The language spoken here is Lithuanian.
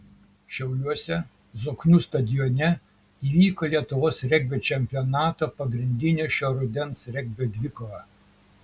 šiauliuose zoknių stadione įvyko lietuvos regbio čempionato pagrindinė šio rudens regbio dvikova